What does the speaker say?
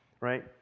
Right